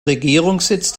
regierungssitz